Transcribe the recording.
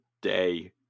day